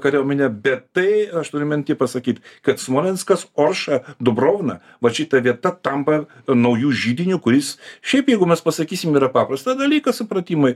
kariuomene bet tai aš turiu minty pasakyt kad smolenskas orša dubrovna vat šita vieta tampa nauju židiniu kuris šiaip jeigu mes pasakysim yra paprastą dalyką supratimui